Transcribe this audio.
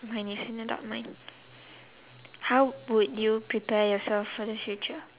mind is an adult mind how would you prepare yourself for the future